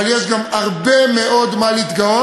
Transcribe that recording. אבל יש גם הרבה מאוד מה להתגאות,